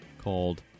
called